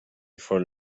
for